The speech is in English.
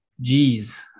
G's